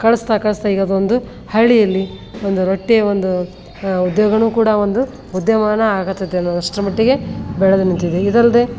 ಕಳಿಸ್ತಾ ಕಳಿಸ್ತಾ ಈಗ ಅದೊಂದು ಹಳ್ಳಿಯಲ್ಲಿ ಒಂದು ರೊಟ್ಟಿಯ ಒಂದು ಉದ್ಯೋಗನು ಕೂಡ ಒಂದು ಉದ್ಯೋಗನೆ ಆಗತೈತೆ ಅನ್ನೋವಷ್ಟರ ಮಟ್ಟಿಗೆ ಬೆಳೆದು ನಿಂತಿದೆ ಇದಲ್ಲದೆ